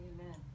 Amen